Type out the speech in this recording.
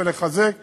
לחזק ולהרחיב,